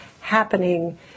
happening